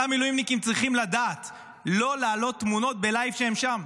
אותם מילואימניקים צריכים לדעת לא להעלות תמונות בלייב כשהם שם,